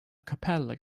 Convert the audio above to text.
capella